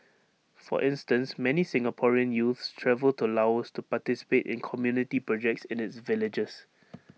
for instance many Singaporean youths travel to Laos to participate in community projects in its villages